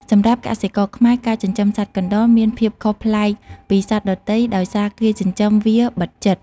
សម្រាប់់កសិករខ្មែរ ការចិញ្ចឹមសត្វកណ្តុរមានភាពខុសប្លែកពីសត្វដទៃដោយសារគេចិញ្ចឹមវាបិទជិត។